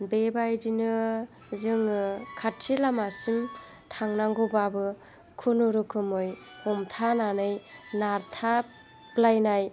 बेबायदिनो जोङो खाथि लामासिम थांनांगौबाबो खुनुरुखुमै हमथानानै नारथाबलायनाय